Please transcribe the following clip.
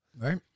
Right